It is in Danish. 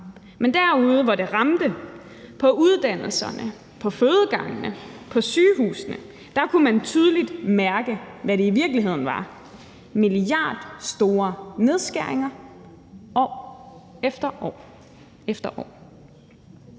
Men derude, hvor det ramte, nemlig på uddannelserne, på fødegangene og på sygehusene, kunne man tydeligt mærke, hvad det i virkeligheden var: milliardstore nedskæringer år efter år. Nu går